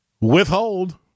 withhold